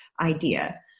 idea